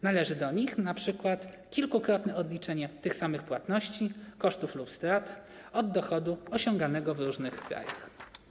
Należy do nich np. kilkukrotne odliczenie tych samych płatności, kosztów lub strat, od dochodu osiąganego w różnych krajach.